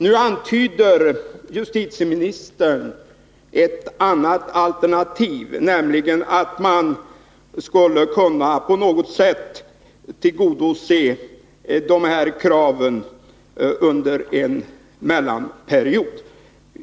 Nu antyder justitieministern ett annat alternativ, nämligen det att man på något sätt skall kunna tillgodose de här kraven under en mellanperiod.